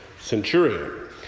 Centurion